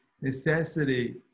necessity